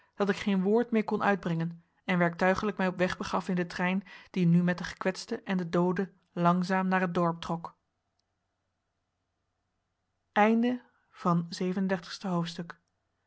dat ik geen woord meer kon uitbrengen en werktuiglijk mij op weg begaf in den trein die nu met den gekwetste en den doode langzaam naar het dorp trok acht en dertigste hoofdstuk